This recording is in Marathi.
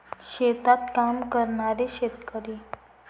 शेतात काम करणारे शेतकरी